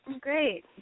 great